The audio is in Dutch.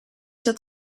dat